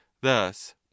thus